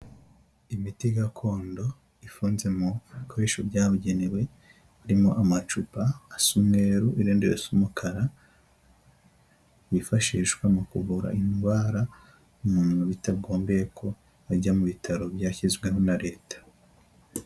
Imiti gakondo ifunze mu bikoresho byabugenewe, birimo amacupa asa umweru n'irindi risa umukara, yifashishwa mu kuvura indwara umuntu bitagombeye ko ajya mu bitaro byashyizweho na leta.